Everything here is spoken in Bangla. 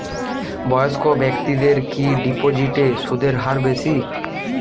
বয়স্ক ব্যেক্তিদের কি ডিপোজিটে সুদের হার বেশি?